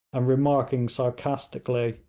and remarking sarcastically,